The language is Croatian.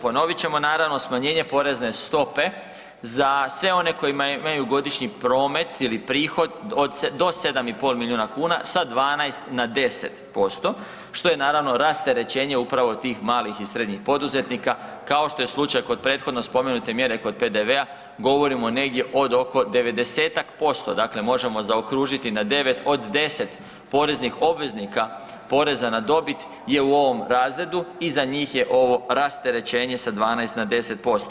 Ponovit ćemo naravno, smanjenje porezne stope za sve one koji imaju godišnji promet ili prihod do 7,5 milijuna kuna sa 12 na 10% što je naravno rasterećenje upravo tih malih i srednjih poduzetnika, kao što je slučaj kod prethodno spomenute mjere kod PDV-a, govorimo o negdje od oko 90-tak posto, dakle možemo zaokružiti na 9 od 10 poreznih obveznika poreza na dobit je u ovom razredu i za njih je ovo rasterećenje sa 12 na 10%